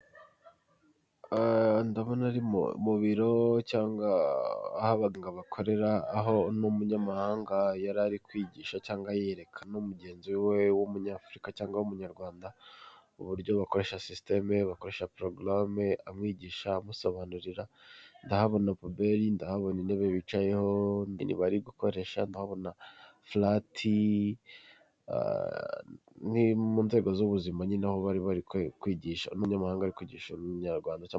Ndabona ari mu biro cyangwa aho abaganga bakorera. aho umunyamahanga yari ari kwigisha cyangwa yereka mugenzi we w'umunyafurika cyangwa umunyarwanda uburyo bakoresha system. Bakoresha progaramu amwigisha amusobanurira. ndahabona pubele, ndahabona intebe bicayeho, ndahabona flat tv. Mu nzego z'ubuzima ni naho bari bari kwigisha umunyamahanga ari kwigisha umunyarwanda.